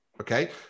okay